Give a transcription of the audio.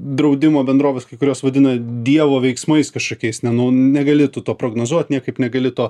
draudimo bendrovės kai kurios vadina dievo veiksmais kažkokiais nenu negali tu to prognozuot niekaip negali to